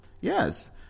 Yes